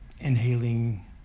inhaling